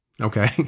Okay